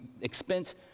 expense